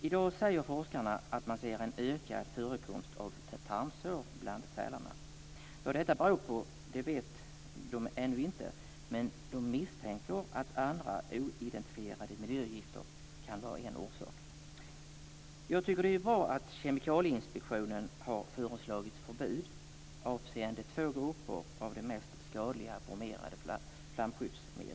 I dag säger forskarna att man ser en ökad förekomst av tarmsår bland sälarna. Vad detta beror på vet de ännu inte, men de misstänker att andra oidentifierade miljögifter kan vara en orsak. Jag tycker att det är bra att Kemikalieinspektionen har föreslagit förbud avseende två grupper av de mest skadliga bromerade flamskyddsmedlen.